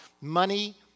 money